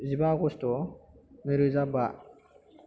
जिबा आग'ष्ट नैरोजा बा